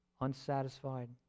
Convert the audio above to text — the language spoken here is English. unsatisfied